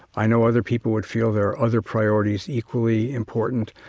i know other people would feel there are other priorities equally important,